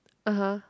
(uh huh)